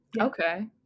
okay